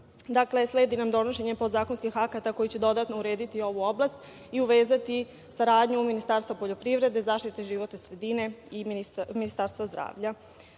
sledi nam donošenje podzakonskih akata koji će dodatno urediti ovu oblast i uvezati saradnju Ministarstva poljoprivrede, zaštite životne sredine i Ministarstva zdravlja.